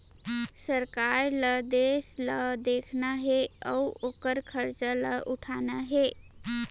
सरकार ल देस ल देखना हे अउ ओकर खरचा ल उठाना हे